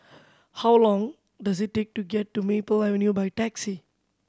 how long does it take to get to Maple Avenue by taxi